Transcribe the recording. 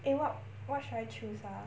eh what what should I choose ah